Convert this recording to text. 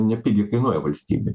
nepigiai kainuoja valstybei